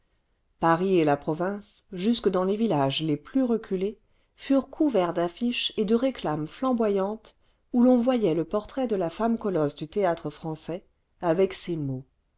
paris et la province jusque dans les villages les plus reculés furent couverts d'affiches et de réclames flamboyantes où l'on voyait le portrait de la femme colosse du théâtre-français avec ces mots